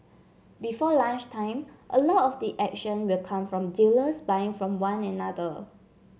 before lunchtime a lot of the action will come from dealers buying from one another